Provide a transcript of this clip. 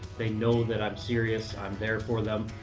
they know that i'm serious. i'm there for them.